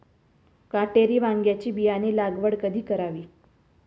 काटेरी वांग्याची बियाणे लागवड कधी करावी?